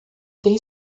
tem